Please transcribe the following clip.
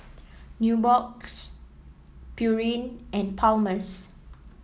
Nubox Pureen and Palmer's